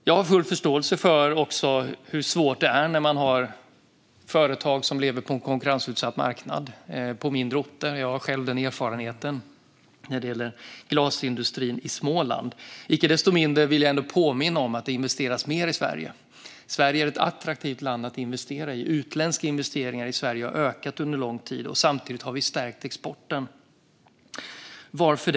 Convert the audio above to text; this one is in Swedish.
Jag har full förståelse för hur svårt det är på mindre orter när man har företag som lever på en konkurrensutsatt marknad. Jag har själv denna erfarenhet när det gäller glasindustrin i Småland. Icke desto mindre vill jag påminna om att det investeras mer i Sverige. Sverige är ett attraktivt land att investera i, och de utländska investeringarna i Sverige har ökat under lång tid. Samtidigt har vi stärkt exporten. Varför?